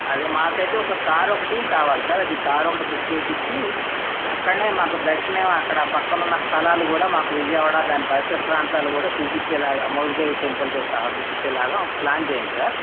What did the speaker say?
అదే మాకైతే ఒక కారు ఒకటి కావాలి సార్ అది కారు ఒకటి బుక్ చేయించి అక్కడే మాకు దర్శనం అక్కడ పక్కనున్న స్థలాలు కూడా మాకు విజయవాడ దాని పరిసర ప్రాంతాలు కూడా చూపించేలాగా మోపీదేవి టెంపుల్తో సహా చూపించేలాగా ప్లాన్ చెయ్యండి సార్